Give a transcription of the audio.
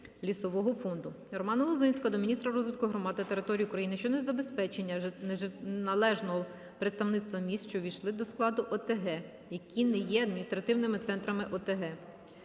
лісового фонду. Романа Лозинського до міністра розвитку громад та територій України щодо незабезпечення належного представництва міст, що увійшли до складу ОТГ (які не є адміністративними центрами ОТГ).